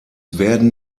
werden